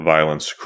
Violence